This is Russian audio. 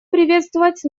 приветствовать